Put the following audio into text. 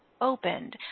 opened